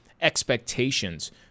expectations